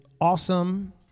awesome